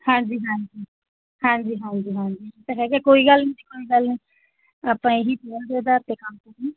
ਹਾਂਜੀ ਹਾਂਜੀ ਹਾਂਜੀ ਹਾਂਜੀ ਹਾਂਜੀ ਉਹ ਤਾਂ ਹੈਗਾ ਕੋਈ ਗੱਲ ਨਹੀਂ ਜੀ ਕੋਈ ਗੱਲ ਨਹੀਂ ਆਪਾਂ ਇਹ ਹੀ ਪਹਿਲ ਦੇ ਅਧਾਰ 'ਤੇ ਕੰਮ ਕਰਨਾ